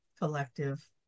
collective